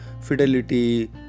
Fidelity